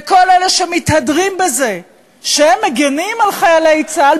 וכל אלה שמתהדרים בזה שהם מגינים על חיילי צה"ל,